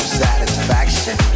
satisfaction